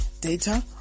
data